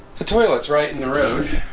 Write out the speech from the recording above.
the toilets right in the road